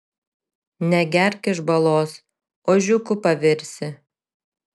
negerk iš balos ožiuku pavirsi